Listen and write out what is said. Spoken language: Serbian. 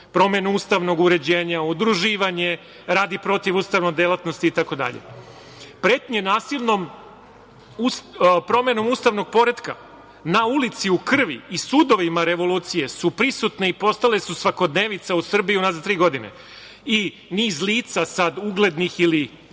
promenu ustavnog uređenja, udruživanje radi protivustavne delatnosti. Pretnje promene ustavnog poretka na ulici u krvi i sudorevolucije su prisutne i postale su svakodnevnica u Srbiji unazad tri godine i niz lica sada uglednih ili